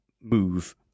move